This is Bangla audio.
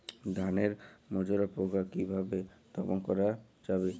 ধানের মাজরা পোকা কি ভাবে দমন করা যাবে?